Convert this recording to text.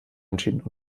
entschieden